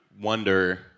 wonder